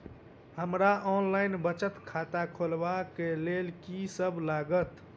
हमरा ऑनलाइन बचत खाता खोलाबै केँ लेल की सब लागत?